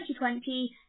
2020